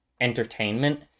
entertainment